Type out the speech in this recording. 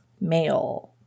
male